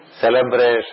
celebration